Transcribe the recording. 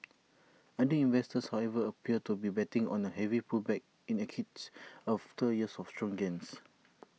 other investors however appear to be betting on A heavy pullback in equities after years of strong gains